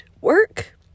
work